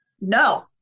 No